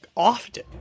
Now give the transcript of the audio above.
Often